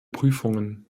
prüfungen